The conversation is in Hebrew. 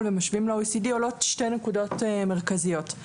ומשווים ל-OECD עולות שתי נקודות מרכזיות.